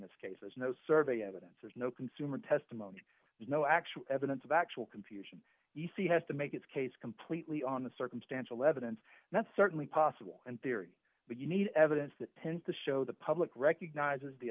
this case there's no survey evidence there's no consumer testimony no actual evidence of actual confusion e c has to make its case completely on the circumstantial evidence and that's certainly possible in theory but you need evidence that tends to show the public recognizes the